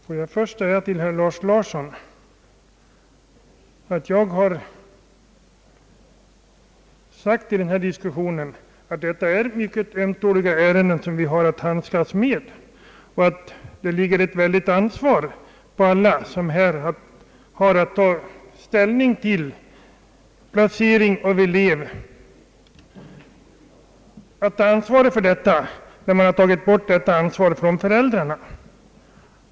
Först vill jag säga till herr Lars Larsson, att jag i den här diskussionen har sagt att det är ömtåliga ärenden som vi har att handskas med och att det ligger ett stort ansvar på alla som har att ta ställning till frågor om placering av elever, när man tagit bort ansvaret från föräldrarna.